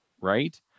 right